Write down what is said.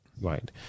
Right